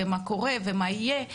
ומה קורה ומה יהיה,